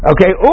Okay